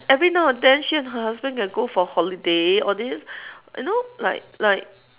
every now and then she and her husband can go for holiday all these you know like like